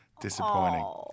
Disappointing